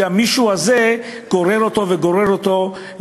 והמישהו הזה גורר אותו לכיוון,